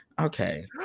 Okay